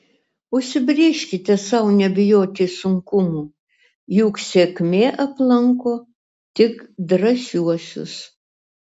užsibrėžkite sau nebijoti sunkumų juk sėkmė aplanko tik drąsiuosius